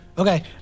Okay